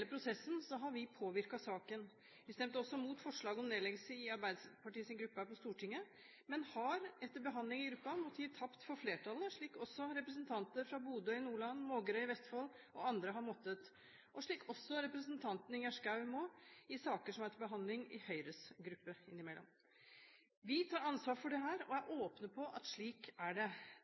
hele prosessen har vi påvirket saken. Vi stemte også imot forslaget om nedleggelse i Arbeiderpartiets gruppe her på Stortinget, men vi har etter behandling i gruppen måttet gi tapt for flertallet, slik også representanter fra Bodø i Nordland, Mågerø i Vestfold og andre har måttet – slik også representanten Ingjerd Schou innimellom må i saker som er til behandling i Høyres gruppe. Vi tar ansvar for dette og er åpne på at slik er det.